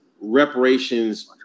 reparations